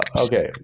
Okay